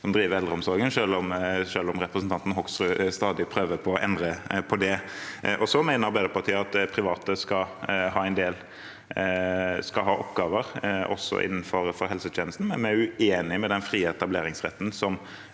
som driver eldreomsorgen, selv om representanten Hoksrud stadig prøver å endre på det. Arbeiderpartiet mener at private skal ha oppgaver også innenfor helsetjenesten, men vi er uenig i den frie etableringsretten